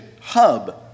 hub